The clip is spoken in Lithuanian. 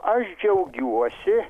aš džiaugiuosi